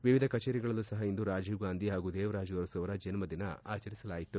ವಿವಿಧ ಕಚೇರಿಗಳಲ್ಲೂ ಸಹ ಇಂದು ರಾಜೀವ್ಗಾಂಧಿ ಹಾಗೂ ದೇವರಾಜು ಅರಸು ಅವರ ಜನ್ನದಿನ ಆಚರಿಸಲಾಯಿತು